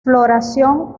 floración